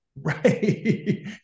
Right